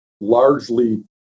largely